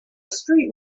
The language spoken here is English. street